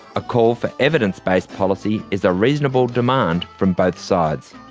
a call for evidence based policy is a reasonable demand from both sides.